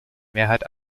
mehrheit